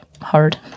hard